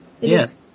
Yes